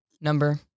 number